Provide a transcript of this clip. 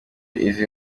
izi